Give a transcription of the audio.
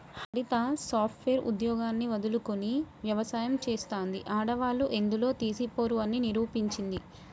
హరిత software ఉద్యోగాన్ని వదులుకొని వ్యవసాయం చెస్తాంది, ఆడవాళ్లు ఎందులో తీసిపోరు అని నిరూపించింది